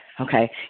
okay